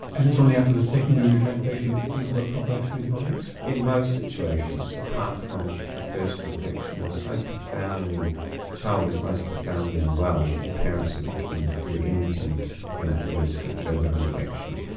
and it's only after the second urinary tract infection that you think about prophylactic antibiotics? in most situations apart from if the first infection was so profoundly, the child was most profoundly unwell that the parents would be keen to do anything to prevent the risk of further infection.